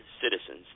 citizens